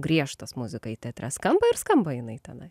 griežtas muzikai teatre skamba ir skamba jinai tenai